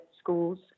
schools